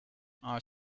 are